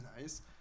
nice